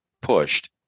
pushed